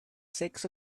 six